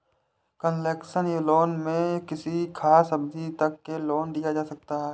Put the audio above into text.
concessional loan में किसी खास अवधि तक के लिए लोन दिया जाता है